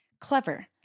clever